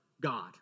God